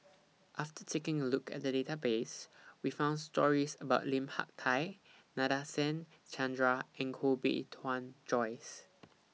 after taking A Look At The Database We found stories about Lim Hak Tai Nadasen Chandra and Koh Bee Tuan Joyce